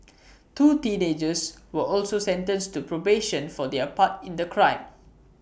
two teenagers were also sentenced to probation for their part in the crime